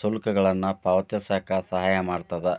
ಶುಲ್ಕಗಳನ್ನ ಪಾವತಿಸಕ ಸಹಾಯ ಮಾಡ್ತದ